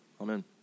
Amen